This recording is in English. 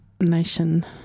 nation